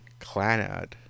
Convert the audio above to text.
Clanad